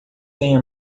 vem